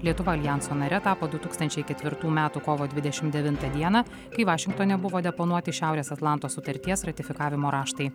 lietuva aljanso nare tapo du tūkstančiai ketvirtų metų kovo dvidešim devintą dieną kai vašingtone buvo deponuoti šiaurės atlanto sutarties ratifikavimo raštai